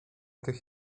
tych